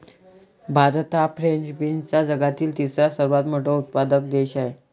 भारत हा फ्रेंच बीन्सचा जगातील तिसरा सर्वात मोठा उत्पादक देश आहे